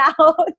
out